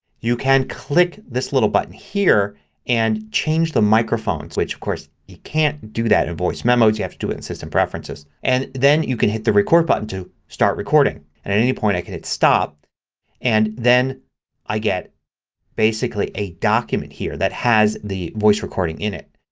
you can click this little button here and change the microphone which, of course, you can't do that in voice memos. you have to do it in system preferences. and then you can hit the record button to start recording. and at any point i can hit stop and then i get basically a document here that has the voice recording in it.